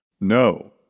No